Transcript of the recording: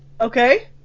Okay